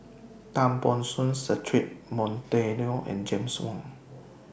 Tan Ban Soon Cedric Monteiro and James Wong